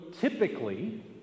typically